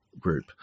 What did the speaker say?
group